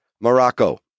Morocco